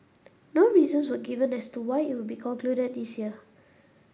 no reasons were given as to why it will be concluded this year